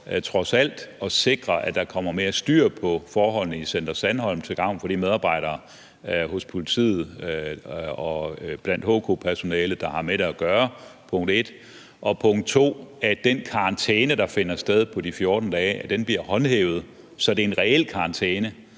trods alt at sikre, at der, som punkt 1, kommer mere styr på forholdene i Center Sandholm til gavn for de medarbejdere hos politiet og blandt HK-personalet, der har med det at gøre, og, som punkt 2, at sikre, at den karantæne på de 14 dage, der finder sted, bliver håndhævet, så det er en reel karantæne,